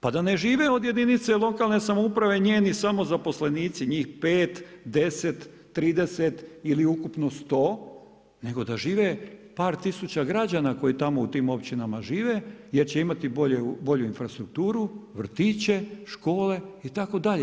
Pa da ne žive jedinica lokalne samouprave njeni samo zapisnici, njih 5, 10, 30 ili ukupno 100, nego da žive par tisuća građana koji tamo u tim općinama žive jer će imati bolju infrastrukturu, vrtiće, škole itd.